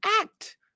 act